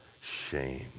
shame